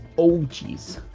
oh, geez,